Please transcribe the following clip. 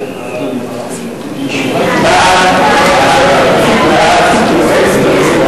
סעיף 1